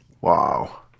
wow